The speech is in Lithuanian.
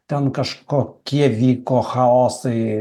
ten kažkokie vyko chaosai